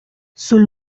sul